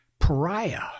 Pariah